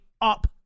up